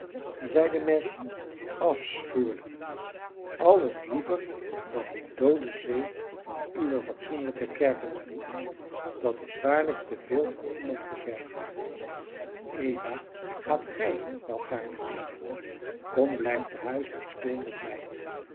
zeide mary afschuwelijk alles liever dan de doode zee van uwe fatsoenlijke kerken marie dat is waarlijk te veel van iemand gevergd eva gaat gij wel gaarne mede kom blijf tehuis en speel met mij